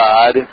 God